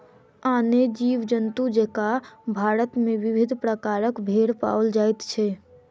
आने जीव जन्तु जकाँ भारत मे विविध प्रकारक भेंड़ पाओल जाइत छै